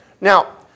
now